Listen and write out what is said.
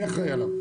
מי אחראי עליו?